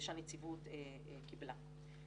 שהנציבות קיבלה.